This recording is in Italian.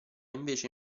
invece